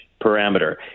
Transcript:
parameter